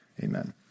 Amen